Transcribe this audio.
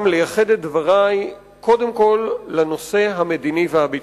לייחד את דברי קודם כול לנושא המדיני והביטחוני,